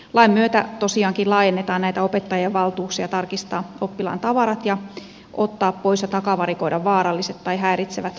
lain myötä tosiaankin laajennetaan näitä opettajan valtuuksia tarkistaa oppilaan tavarat ja ottaa pois ja takavarikoida vaaralliset tai häiritsevät esineet